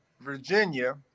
Virginia